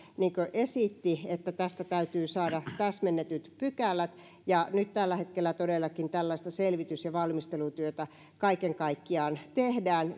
esitti että tästä täytyy saada täsmennetyt pykälät ja nyt tällä hetkellä todellakin tällaista selvitys ja valmistelutyötä kaiken kaikkiaan tehdään